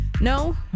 No